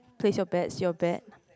place your bets your bets